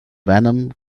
venom